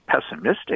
pessimistic